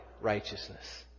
righteousness